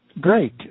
Great